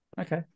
Okay